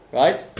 right